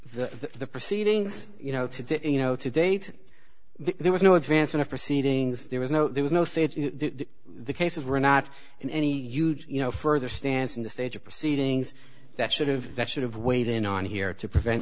to the proceedings you know today you know to date there was no advancement of proceedings there was no there was no stage the cases were not in any huge you know further stance in the stage of proceedings that should have that should have weighed in on here to prevent